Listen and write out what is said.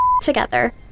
together